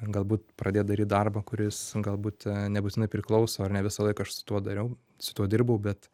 galbūt pradėt daryt darbą kuris galbūt nebūtinai priklauso ar ne visą laiką aš su tuo dariau su tuo dirbau bet